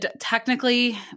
technically